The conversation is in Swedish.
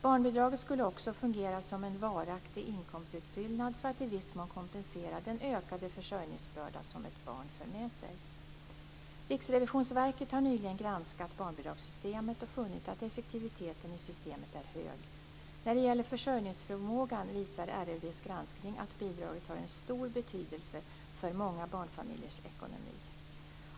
Barnbidraget skulle också fungera som en varaktig inkomstutfyllnad för att i viss mån kompensera den ökade försörjningsbörda som ett barn för med sig. Riksrevisionsverket har nyligen granskat barnbidragssystemet och funnit att effektiviteten i systemet är hög. När det gäller försörjningsförmågan visade RRV:s granskning att bidraget har en stor betydelse för många barnfamiljers ekonomi.